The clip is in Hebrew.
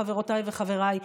חברותיי וחבריי,